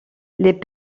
les